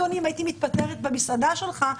אם הייתי מתפטרת במסעדה שלך,